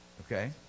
Okay